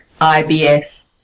IBS